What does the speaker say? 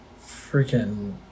freaking